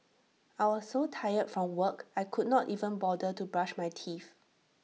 I was so tired from work I could not even bother to brush my teeth